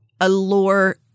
allure